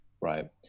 right